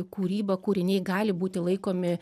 kūryba kūriniai gali būti laikomi